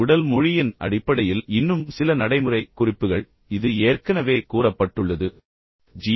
உடல் மொழியின் அடிப்படையில் இன்னும் சில நடைமுறை குறிப்புகள் இது ஏற்கனவே கூறப்பட்டுள்ளது ஆனால் ஜி